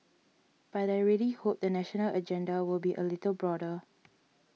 but I really hope the national agenda will be a little broader